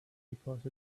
because